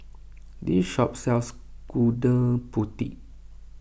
this shop sells Gudeg Putih